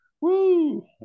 Woo